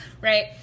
Right